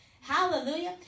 Hallelujah